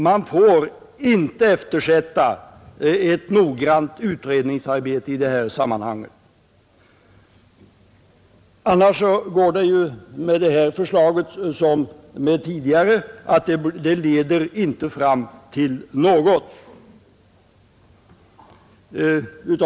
Man får inte eftersätta ett noggrant utredningsarbete i detta sammanhang. Då går det med detta förslag som med ett tidigare, att det inte leder till någonting.